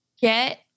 get